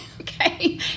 Okay